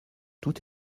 tout